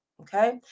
okay